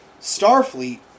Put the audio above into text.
Starfleet